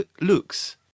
Looks